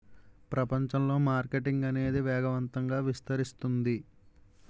ప్రపంచంలో మార్కెటింగ్ అనేది వేగవంతంగా విస్తరిస్తుంది